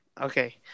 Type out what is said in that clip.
Okay